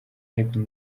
yvan